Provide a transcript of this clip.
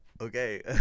Okay